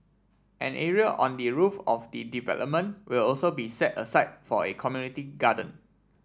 an area on the roof of the development will also be set aside for a community garden